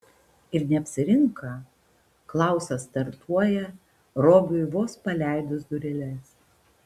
ir neapsirinka klausas startuoja robiui vos paleidus dureles